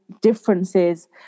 differences